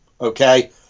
Okay